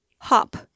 hop